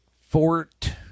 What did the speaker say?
Fort